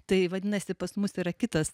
tai vadinasi pas mus yra kitas